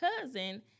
cousin